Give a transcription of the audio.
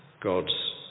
God's